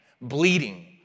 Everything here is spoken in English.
bleeding